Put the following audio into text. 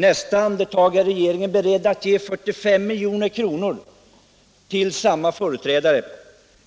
Trots detta är regeringen nu beredd att ge 45 milj.kr. till företrädare för denna kategori,